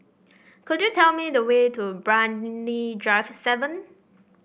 could you tell me the way to Brani Drive seven